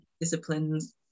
disciplines